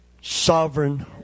sovereign